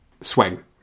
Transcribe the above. swing